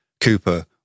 Cooper